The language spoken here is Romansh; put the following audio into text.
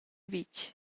vitg